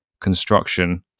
construction